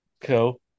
cool